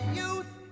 youth